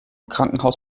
krankenhaus